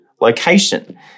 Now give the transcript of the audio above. location